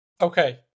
Okay